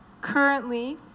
currently